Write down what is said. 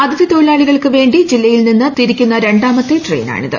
അതിഥി തൊഴിലാളികൾക്ക് വേണ്ടി ജില്ലയിൽ നിന്ന് തിരിക്കുന്ന രണ്ടാമത്തെ ട്രെയിനാണിത്